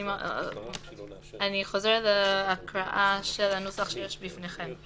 אני חוזרת להקראה לנוסח שיש בפניכם.